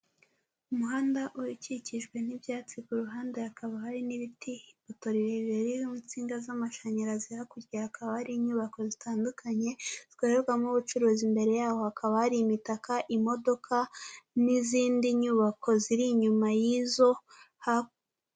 Umuhanda ukikijwe n'ibyatsi, ku ruhande hakaba hari n'ibiti, ipoto rirerire ririho insinga z'amashanyarazi, hakurya hakaba hari inyubako zitandukanye zikorerwamo ubucuruzi, imbere yaho hakaba hari imitaka, imodoka n'izindi nyubako ziri inyuma y'izo ha,,,